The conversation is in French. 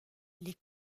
les